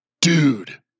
Dude